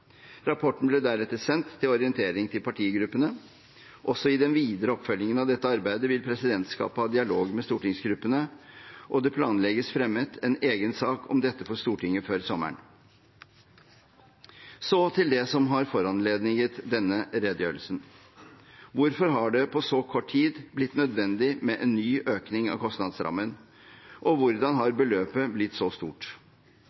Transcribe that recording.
Rapporten ble deretter sendt til orientering til partigruppene. Også i den videre oppfølgingen av dette arbeidet vil presidentskapet ha dialog med stortingsgruppene, og det planlegges fremmet en egen sak om dette for Stortinget før sommeren. Så til det som har foranlediget denne redegjørelsen. Hvorfor har det på så kort tid blitt nødvendig med en ny økning av kostnadsrammen, og hvordan har